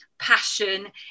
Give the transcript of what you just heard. passion